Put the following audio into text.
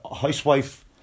housewife